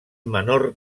menor